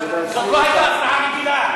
מה אתה מציע שנעשה עם ההצעה לסדר-היום?